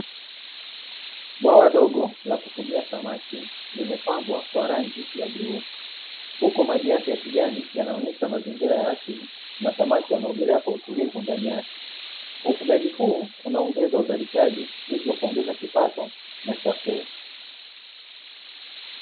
Bwawa dogo lakufugia samaki limepambea kwa rangi ya ubluu huku maji yake ya kijani yanaonyesha mazingira ya asili na samaki wanaogelea kwa utulivu, ndani yake ufugaji huu unaongeza uzalishaji hivyo kuongeza kipato na chakula.